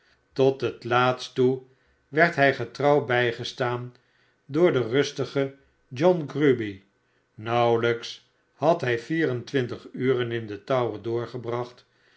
tot het laatste toe werd hij getrouw bijgestaan door den rustigen john grueby nauwelijks had hij vier en twintig uren in den tower doorgebracht